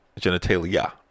genitalia